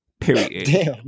Period